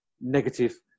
negative